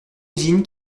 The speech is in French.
usine